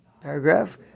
paragraph